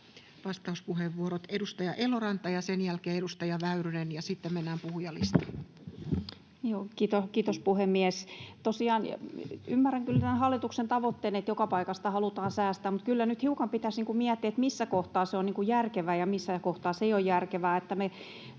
Vastauspuheenvuorot, edustaja Eloranta ja sen jälkeen edustaja Väyrynen, ja sitten mennään puhujalistaan. Kiitos, puhemies! Tosiaan ymmärrän kyllä tämän hallituksen tavoitteen, että joka paikasta halutaan säästää. Mutta kyllä nyt hiukan pitäisi miettiä, missä kohtaa se on järkevää ja missä kohtaa se ei ole järkevää.